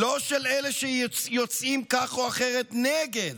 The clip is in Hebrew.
לא של אלה שיוצאים כך או אחרת נגד